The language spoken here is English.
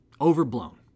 overblown